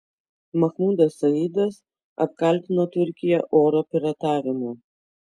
mahmudas saidas apkaltino turkiją oro piratavimu